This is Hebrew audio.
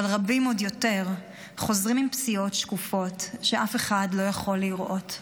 אבל רבים עוד יותר חוזרים עם פציעות שקופות שאף אחד לא יכול לראות.